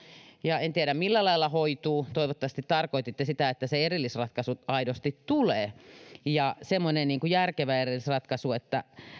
ja en tiedä millä lailla hoituu toivottavasti tarkoititte sitä että aidosti tulee se erillisratkaisu ja semmoinen järkevä erillisratkaisu